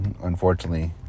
unfortunately